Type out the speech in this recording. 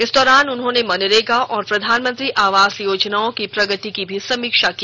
इस दौरान उन्होंने मनरेगा और प्रधानमंत्री आवास योजनाओं की प्रगति की भी समीक्षा की